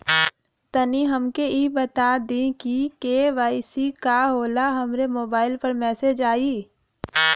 तनि हमके इ बता दीं की के.वाइ.सी का होला हमरे मोबाइल पर मैसेज आई?